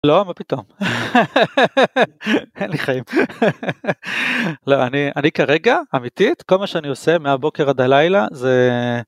לא, מה פתאום? אין לי חיים. לא, אני אני כרגע, אמיתית, כל מה שאני עושה מהבוקר עד הלילה זה...